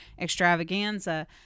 extravaganza